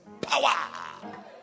power